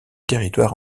territoire